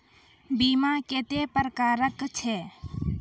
बीमा कत्तेक प्रकारक छै?